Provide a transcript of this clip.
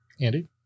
Andy